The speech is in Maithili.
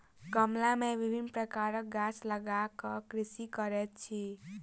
गमला मे विभिन्न प्रकारक गाछ लगा क कृषि करैत अछि